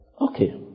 Okay